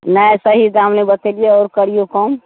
नहि सही दाम नहि बतेलियै आओर करियौ कम